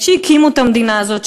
שהקימו את המדינה הזאת,